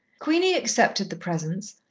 queenie accepted the presents,